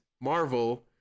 marvel